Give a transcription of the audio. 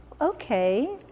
okay